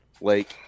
Lake